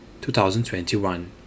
2021